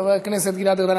חבר הכנסת גלעד ארדן.